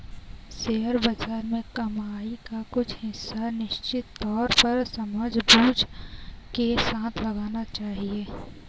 share बाज़ार में कमाई का कुछ हिस्सा निश्चित तौर पर समझबूझ के साथ लगाना चहिये